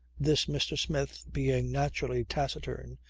this, mr. smith, being naturally taciturn,